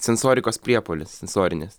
sensorikos priepuolis sensorinis